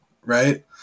right